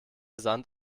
sand